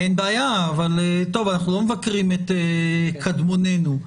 אנחנו לא מבקרים את קדמוננו.